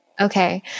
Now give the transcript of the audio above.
okay